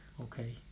okay